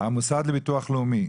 המוסד לביטוח לאומי,